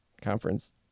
conference